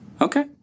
Okay